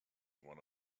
one